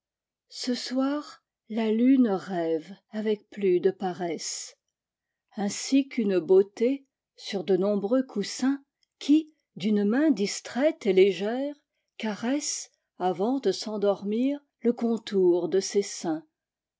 ce soir la lune rêve avec plus de paresse ainsi qu'une beauté sur de nombreux coussins qui d'une main distraite et légère caresseavant de s'endormir le contour de ses seins